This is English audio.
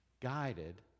guided